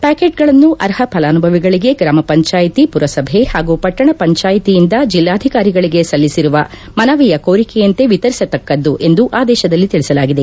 ಪ್ಯಾಕೆಟ್ಗಳನ್ನು ಅರ್ಹ ಪಲಾನುಭವಿಗಳಿಗೆ ಗ್ರಾಮ ಪಂಚಾಯಿತಿ ಪುರಸಭೆ ಹಾಗೂ ಪಟ್ಟಣ ಪಂಚಾಯುತಿಯಿಂದ ಜಿಲ್ಲಾಧಿಕಾರಿಗಳಿಗೆ ಸಲ್ಲಿಸಿರುವ ಕೋರಿಕೆಯಂತೆ ವಿತರಿಸತಕ್ಕದ್ದು ಎಂದು ಆದೇತದಲ್ಲಿ ತಿಳಿಸಲಾಗಿದೆ